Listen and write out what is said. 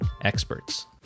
experts